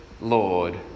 Lord